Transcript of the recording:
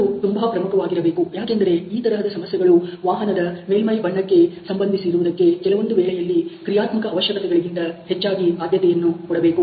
ಇದು ತುಂಬಾ ಪ್ರಮುಖವಾಗಿರಬೇಕು ಯಾಕೆಂದರೆ ಈ ತರಹದ ಸಮಸ್ಯೆಗಳು ವಾಹನದ ಮೇಲ್ಮೈ ಬಣ್ಣಕ್ಕೆ ಸಂಬಂಧಿಸಿರುವುದಕ್ಕೆ ಕೆಲವೊಂದು ವೇಳೆಯಲ್ಲಿ ಕ್ರಿಯಾತ್ಮಕ ಅವಶ್ಯಕತೆಗಳಿಗಿಂತ ಹೆಚ್ಚಾಗಿ ಆದ್ಯತೆಯನ್ನು ಕೊಡಬೇಕು